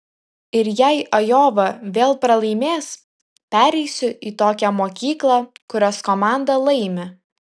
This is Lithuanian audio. ir jei ajova vėl pralaimės pereisiu į tokią mokyklą kurios komanda laimi